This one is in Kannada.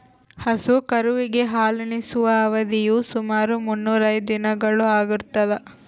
ಹಸು ಕರುವಿಗೆ ಹಾಲುಣಿಸುವ ಅವಧಿಯು ಸುಮಾರು ಮುನ್ನೂರಾ ಐದು ದಿನಗಳು ಆಗಿರ್ತದ